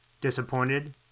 disappointed